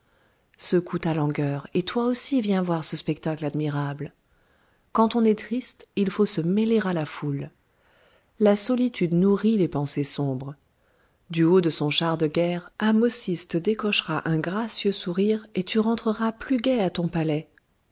manœuvre secoue ta langueur et toi aussi viens voir ce spectacle admirable quand on est triste il faut se mêler à la foule la solitude nourrit les pensées sombres du haut de son char de guerre ahmosis te décochera un gracieux sourire et tu rentreras plus gaie à ton palais